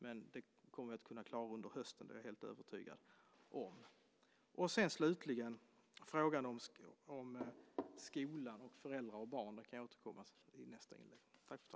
Jag är helt övertygad om att vi kommer att klara det under hösten. Slutligen var det frågan om skola, föräldrar och barn, och den kan jag återkomma till i nästa inlägg.